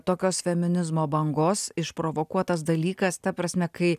tokios feminizmo bangos išprovokuotas dalykas ta prasme kai